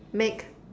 make